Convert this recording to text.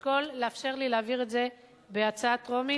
תשקול לאפשר לי להעביר את זה בהצבעה טרומית,